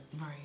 Right